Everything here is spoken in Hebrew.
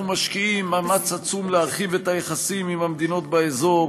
אנחנו משקיעים מאמץ עצום להרחיב את היחסים עם המדינות באזור.